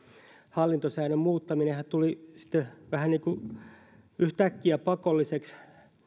hallintosäännön muuttaminenhan että asiat menee eteenpäin tuli vähän yhtäkkiä pakolliseksi